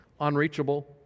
unreachable